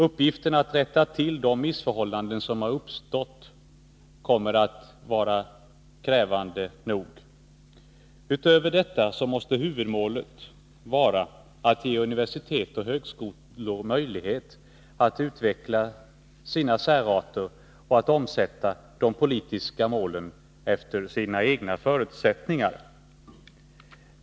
Uppgiften att rätta till de missförhållanden som har uppstått kommer att vara krävande nog. Utöver detta måste huvudmålet vara att ge universitet och högskolor möjlighet att utveckla sina särarter och att omsätta de politiska målen efter sina egna förutsättningar.